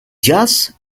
jazz